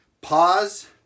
Pause